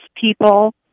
people—